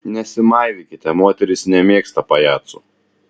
nesimaivykite moterys nemėgsta pajacų